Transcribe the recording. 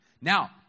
Now